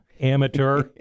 Amateur